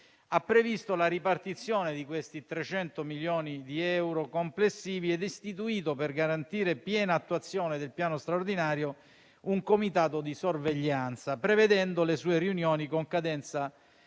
ha previsto la ripartizione dei 300 milioni di euro complessivi ed istituito, per garantire piena attuazione del piano straordinario, un comitato di sorveglianza, prevedendo le sue riunioni con cadenza